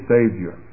Savior